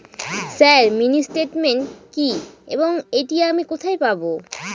Sir mini statement কি এবং এটি আমি কোথায় পাবো?